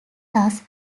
thus